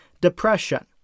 depression